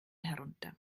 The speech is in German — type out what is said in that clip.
herunter